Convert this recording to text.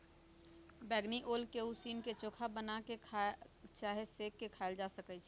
बइगनी ओल के उसीन क, चोखा बना कऽ चाहे सेंक के खायल जा सकइ छै